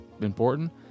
important